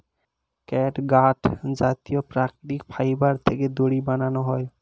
catgut জাতীয় প্রাকৃতিক fibre থেকে দড়ি বানানো হয়